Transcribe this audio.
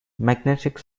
magnetic